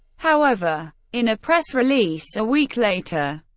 however, in a press release a week later,